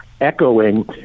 echoing